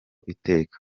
iteka